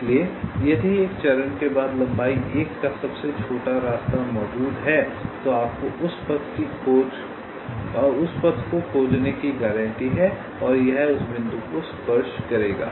इसलिए यदि एक चरण के बाद लंबाई 1 का सबसे छोटा रास्ता मौजूद है तो आपको उस पथ को खोजने की गारंटी है और यह उस बिंदु को स्पर्श करेगा